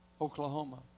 Oklahoma